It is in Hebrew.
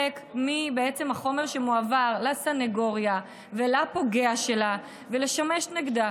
מהחומר שמועבר לסנגוריה ולפוגע שלה ולשמש נגדה